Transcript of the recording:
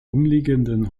umliegenden